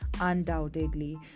undoubtedly